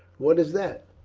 what is that?